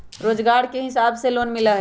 रोजगार के हिसाब से लोन मिलहई?